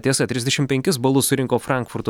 tiesa trisdešimt penkis balus surinko frankfurto